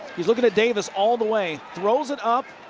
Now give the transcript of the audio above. looking at davis all the way. throws it up.